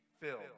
filled